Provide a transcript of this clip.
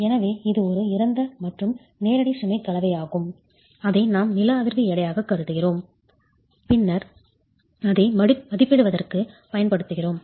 எனவே இது ஒரு இறந்த மற்றும் நேரடி சுமை கலவையாகும் அதை நாம் நில அதிர்வு எடையாகக் கருதுகிறோம் பின்னர் அதை மதிப்பிடுவதற்குப் பயன்படுத்துகிறோம்